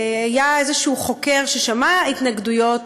היה איזה חוקר ששמע התנגדויות,